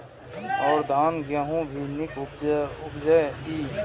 और धान गेहूँ भी निक उपजे ईय?